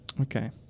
Okay